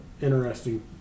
interesting